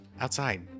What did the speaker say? Outside